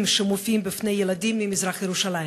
שמופיעים בפני ילדים ממזרח-ירושלים.